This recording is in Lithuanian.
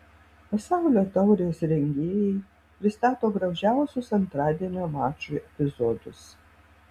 pasaulio taurės rengėjai pristato gražiausius antradienio mačų epizodus